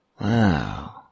Wow